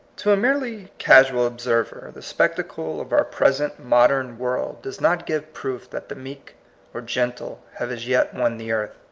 to a merely casual observer the spec tacle of our present modern world does not give proof that the meek or gentle have as yet won the earth.